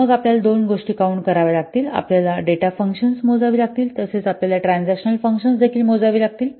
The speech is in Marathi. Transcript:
मग आपल्याला दोन गोष्टी काउन्ट कराव्या लागतील आपल्याला डेटा फंकशन्स मोजावी लागतील तसेच आपल्याला ट्रान्झॅक्शनल फंकशन्स देखील मोजावी लागतील